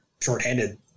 shorthanded